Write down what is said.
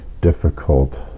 difficult